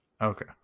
okay